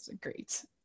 Great